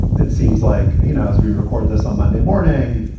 it seems like, you know, as we record this on monday morning,